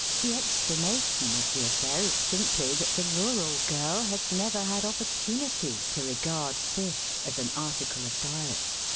the explana tion of the affair is simply that the rural girl has never had opportunity to regard fish as an article of diet.